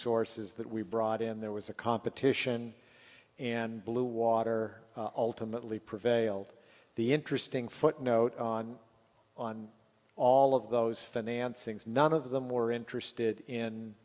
sources that we brought in there was a competition and bluewater alternately prevailed the interesting footnote on on all of those financing is none of them were interested in